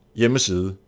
hjemmeside